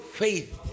faith